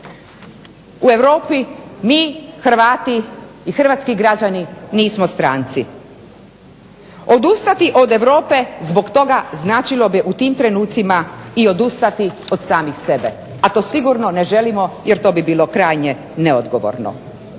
U Europi, mi Hrvati i hrvatski građani nismo stranci. Odustati od Europe zbog toga značilo bi i u tim trenutcima odustati od samih sebe a to ne želimo jer to bi bilo krajnje neodgovorno.